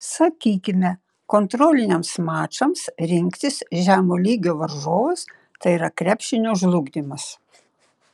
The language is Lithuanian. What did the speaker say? sakykime kontroliniams mačams rinktis žemo lygio varžovus tai yra krepšinio žlugdymas